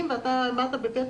אתם צריכים לכבד